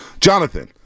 Jonathan